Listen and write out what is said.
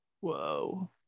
whoa